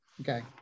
Okay